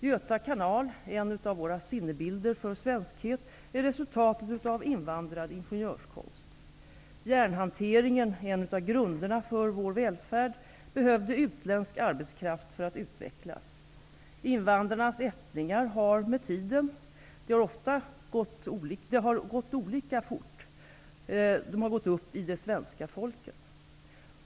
Göta kanal, en av våra sinnebilder för svenskhet, är resultatet av invandrad ingenjörskonst. Järnhanteringen, en av grunderna för vår välfärd, behövde utländsk arbetskraft för att utvecklas. Invandrarnas ättlingar har med tiden -- det har gått litet olika fort -- gått upp i det svenska folket.